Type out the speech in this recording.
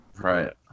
right